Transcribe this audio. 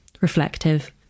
reflective